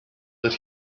that